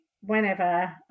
whenever